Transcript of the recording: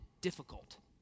difficult